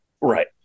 right